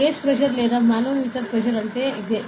gauge pressure లేదా manometer pressure అంటే అదే